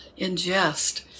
ingest